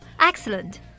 Excellent